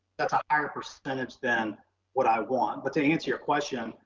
that's a higher percentage than what i want. but to answer your question,